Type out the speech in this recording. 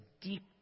deep